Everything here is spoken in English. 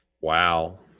Wow